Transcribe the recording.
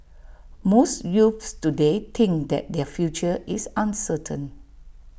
most youths today think that their future is uncertain